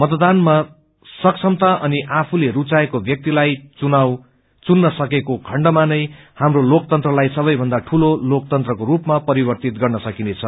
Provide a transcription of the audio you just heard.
मतदानमा सक्षमता अनि आफूले रूचाएको व्यक्तिलाई चुत्र सकेको खण्डमा नै हाम्रो लोकतन्त्रलाई सबैभन्दा ठूलो लोकतन्त्रको रूपमा परिवर्तित गर्दछ